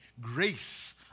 grace